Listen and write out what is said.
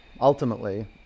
Ultimately